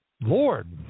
Lord